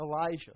Elijah